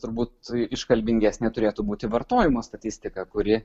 turbūt iškalbingesnė turėtų būti vartojimo statistika kuri